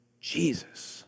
Jesus